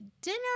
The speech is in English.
Dinner